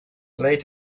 late